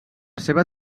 seva